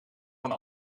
van